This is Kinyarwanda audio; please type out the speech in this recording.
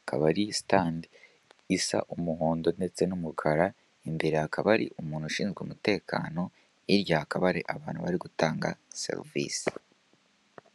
Ikaba ari sitandi isa umuhondo ndetse n'umukara, imbere hakaba hari umuntu ushinzwe umutekano, hirya kaba hari abantu bari gutanga serivise.